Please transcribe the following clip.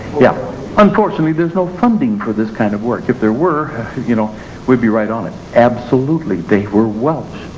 yeah unfortunately there's no funding for this kind of work, if there were you know we'd be right on it, absolutely they were welsh,